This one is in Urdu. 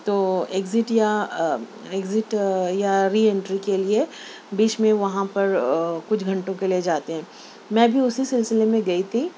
تو ایگزٹ یا ایگزٹ یا ری انٹری کے لیے بیچ میں وہاں پر کچھ گھنٹوں کے لیے جاتے ہیں میں بھی اسی سلسلے میں گئی تھی